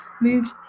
moved